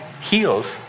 heals